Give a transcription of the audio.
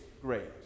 great